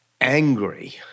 angry